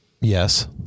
Yes